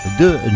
de